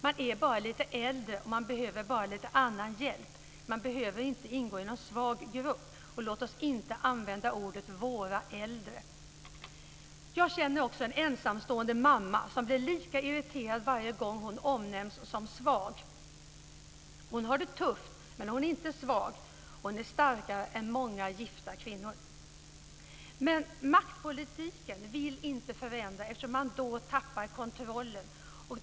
Man är bara lite äldre och behöver lite annan hjälp men man behöver inte ingå i en svag grupp. Låt oss inte använda begreppet våra äldre! Jag känner en ensamstående mamma som blir lika irriterad varje gång hon omnämns som svag. Hon har det tufft men hon är inte svag. Hon är starkare än många gifta kvinnor. Maktpolitikern vill inte förändra eftersom man då tappar kontrollen.